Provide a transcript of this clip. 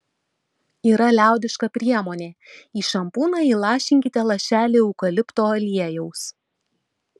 yra liaudiška priemonė į šampūną įlašinkite lašelį eukalipto aliejaus